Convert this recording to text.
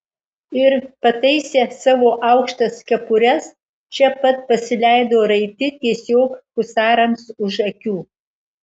ir pataisę savo aukštas kepures čia pat pasileido raiti tiesiog husarams už akių